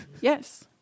Yes